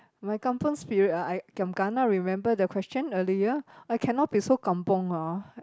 my kampung spirit ah giam kana remember the question earlier I cannot be so kampung ah